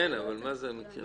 כן, אבל מה המקרים?